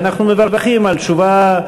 ואנחנו מברכים על תשובה,